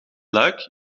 luik